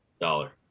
dollar